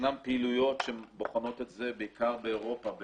ישנן פעילויות שבוחנות את זה בעיקר באירופה.